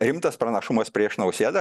rimtas pranašumas prieš nausėdą